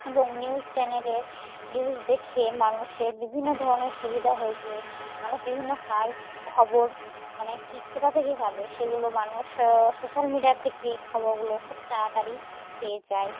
এবং নিউজ চ্যানেলে নিউজ দেখে মানুষের বিভিন্ন ধরনের সুবিধা হয়েছে মানুষ বিভিন্ন কাজ খবর মানে কী কোথা থেকে পাবে সেগুলো মানুষ সোশ্যাল মিডিয়া থেকে খবরগুলো খুব তাড়াতাড়ি পেয়ে যায়